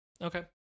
okay